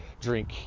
drink